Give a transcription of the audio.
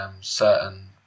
certain